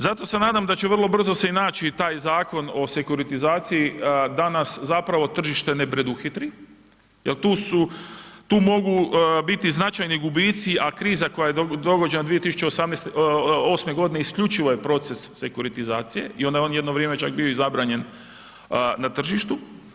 Zato se nadam da će se vrlo brzo i naći taj Zakon o sekuritizaciji da nas zapravo tržište ne preduhitri jer tu mogu biti značajni gubici, a kriza koja je bila 2008. godine isključivo je proces sekuritizacije i onda je on jedno vrijeme čak bio i zabranjen na tržištu.